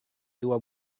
dua